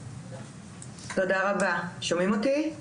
תודה רבה שומעים אותי?